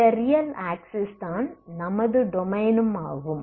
இந்த real axis தான் நமது டொமைனும் ஆகும்